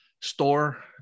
store